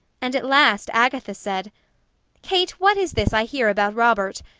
and at last agatha said kate, what is this i hear about robert?